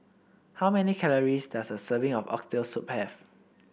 how many calories does a serving of Oxtail Soup have